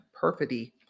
perfidy